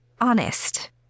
honest